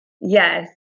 Yes